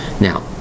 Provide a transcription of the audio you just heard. Now